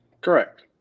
correct